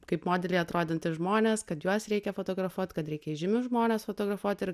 kaip modeliai atrodantys žmonės kad juos reikia fotografuot kad reikia įžymius žmones fotografuot ir